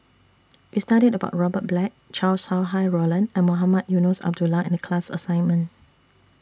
We studied about Robert Black Chow Sau Hai Roland and Mohamed Eunos Abdullah in The class assignment